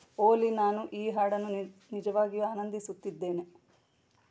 ಓಲಿ ನಾನು ಈ ಹಾಡನ್ನು ನಿಜವಾಗಿಯೂ ಆನಂದಿಸುತ್ತಿದ್ದೇನೆ